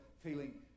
Feeling